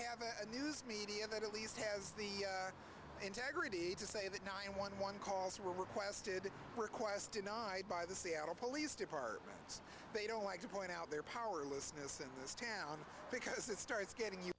a news media that at least has the integrity to say that nine one one calls were requested request denied by the seattle police departments they don't like to point out their powerlessness and this town because it starts getting